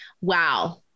wow